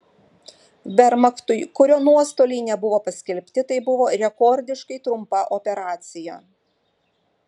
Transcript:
vermachtui kurio nuostoliai nebuvo paskelbti tai buvo rekordiškai trumpa operacija